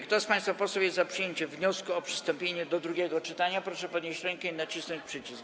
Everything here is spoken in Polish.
Kto z państwa posłów jest za przyjęciem wniosku o przystąpienie do drugiego czytania, proszę podnieść rękę i nacisnąć przycisk.